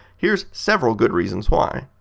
here's several good reasons why.